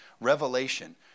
revelation